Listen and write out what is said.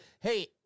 Hey